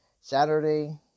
Saturday